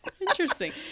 Interesting